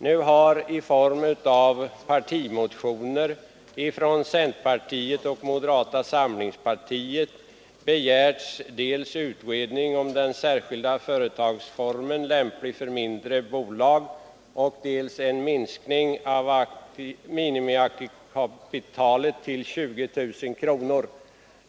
Nu har i partimotioner frin centerpartiet och moderata samlingspartiet begärts dels utredning om en företagsform, lämplig för mindre bolag, dels en minskning av minimiaktiekapitalet till 20 000 kronor.